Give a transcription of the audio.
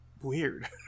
weird